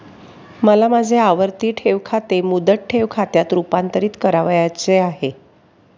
मला माझे आवर्ती ठेव खाते मुदत ठेव खात्यात रुपांतरीत करावयाचे आहे